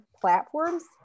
platforms